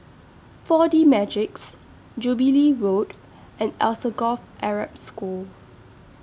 four D Magix Jubilee Road and Alsagoff Arab School